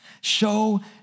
Show